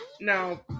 Now